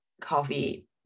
coffee